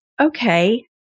okay